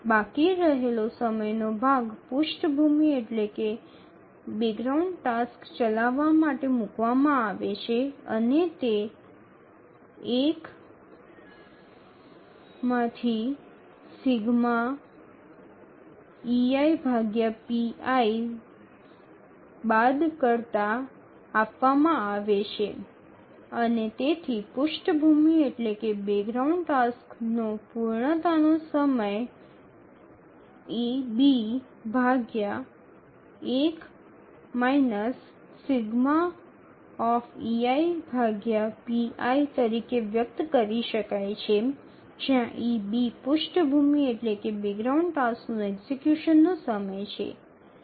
બાકી રહેલો સમયનો ભાગ પૃષ્ઠભૂમિ ટાસ્ક ચલાવવા માટે મૂકવામાં આવે છે અને તે 1−∑ દ્વારા આપવામાં આવે છે અને તેથી પૃષ્ઠભૂમિ ટાસ્કનો પૂર્ણતા નો સમય તરીકે વ્યક્ત કરી શકાય છે જ્યાં eB પૃષ્ઠભૂમિ ટાસ્કનો એક્ઝિકયુશનનો સમય છે